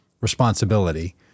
responsibility